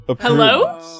Hello